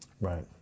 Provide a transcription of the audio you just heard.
Right